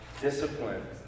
discipline